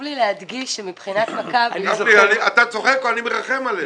אתה צוחק, אבל אני מרחם עליהם.